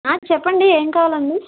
చెప్పండి ఏం కావాలండీ